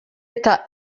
eta